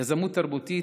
יזמות תרבותית,